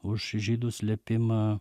už žydų slėpimą